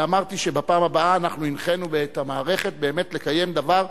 אמרתי שלפעם הבאה הנחינו את המערכת לקיים דבר,